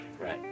Right